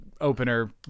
opener